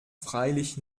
freilich